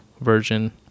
version